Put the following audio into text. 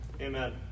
Amen